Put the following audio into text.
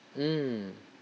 mm